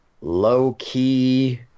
low-key